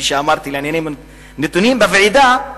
נתונים בוועידה.